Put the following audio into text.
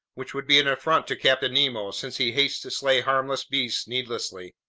which would be an affront to captain nemo, since he hates to slay harmless beasts needlessly.